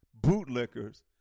bootlickers